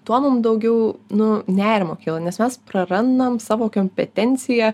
tuo mum daugiau nu nerimo kyla nes mes prarandam savo kiompetenciją